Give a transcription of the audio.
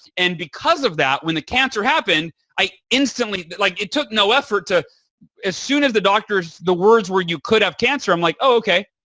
and because of that, when the cancer happened, i instantly like it took no effort to as soon as the doctors, the words were, you could have cancer, i'm like, oh, okay,